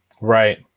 Right